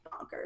bonkers